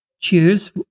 choose